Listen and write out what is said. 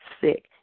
sick